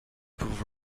pour